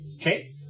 Okay